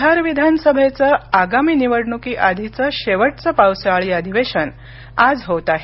बिहार विधानसभेचं आगामी निवडणुकीआधीचं शेवटचं पावसाळी अधिवेशन आज होत आहे